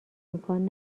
امکان